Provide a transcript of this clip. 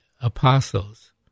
apostles